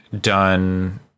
done